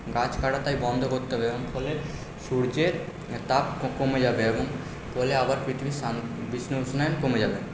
গাছ কাটা তাই বন্ধ করতে হবে এরম ফলে সূর্যের তাপ কমে যাবে এবং আবার পৃথিবী বিশ্ব উষ্ণায়ন কমে যাবে